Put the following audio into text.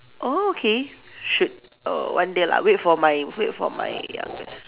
okay should err one day lah wait for my wait for my youngest